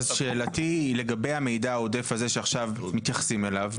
אז שאלתי היא לגבי המידע העודף הזה שעכשיו מתייחסים אליו,